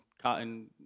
cotton